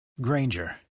granger